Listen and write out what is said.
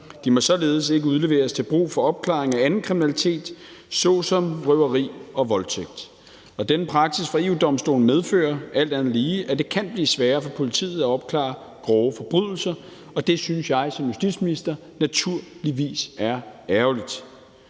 De må således ikke udleveres til brug for opklaring af anden kriminalitet såsom røveri og voldtægt. Den praksis fra EU-Domstolen medfører alt andet lige, at det kan blive sværere for politiet at opklare grove forbrydelser, og det synes jeg som justitsminister naturligvis er ærgerligt.